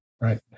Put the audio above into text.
Right